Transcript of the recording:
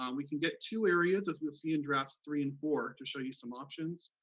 um we can get two areas, as we'll see in drafts three and four, to show you some options.